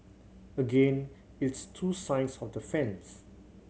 again it's two sides of the fence